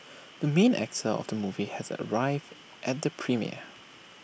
the main actor of the movie has arrived at the premiere